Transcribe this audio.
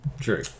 True